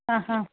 हां हां